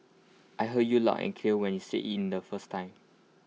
I heard you loud and clear when you said IT in the first time